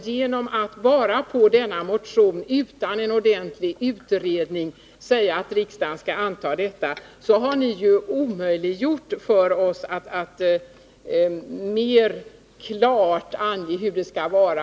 Genom att tillstyrka motionen utan att det skett en ordentlig utredning har ni gjort det omöjligt att mera klart ange hur det skall vara.